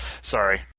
sorry